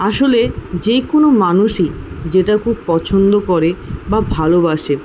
আসলে যেকোনো মানুষই যেটা খুব পছন্দ করে বা ভালোবাসে